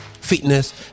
fitness